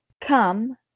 come